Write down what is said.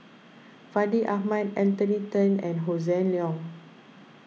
Fandi Ahmad Anthony then and Hossan Leong